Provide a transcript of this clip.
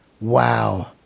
wow